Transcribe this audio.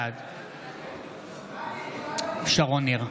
בעד שרון ניר,